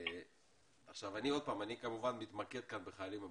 אני כמובן מתמקד כאן בחיילים הבודדים.